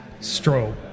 strobe